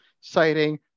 citing